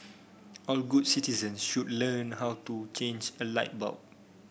all good citizen should learn how to change a light bulb